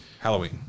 Halloween